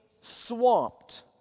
swamped